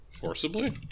forcibly